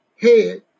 head